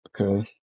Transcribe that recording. okay